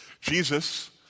Jesus